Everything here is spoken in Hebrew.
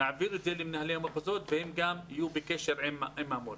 נעביר את זה למנהלי המחוזות והם יהיו בקשר עם המורים.